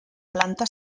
planta